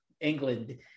England